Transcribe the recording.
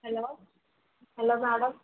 hello hello madam